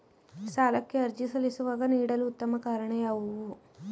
ಸಾಲಕ್ಕೆ ಅರ್ಜಿ ಸಲ್ಲಿಸುವಾಗ ನೀಡಲು ಉತ್ತಮ ಕಾರಣ ಯಾವುದು?